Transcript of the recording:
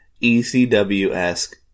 ECW-esque